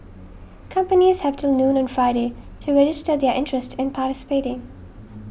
companies have till noon on Friday to register their interest in participating